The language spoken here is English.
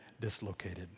dislocated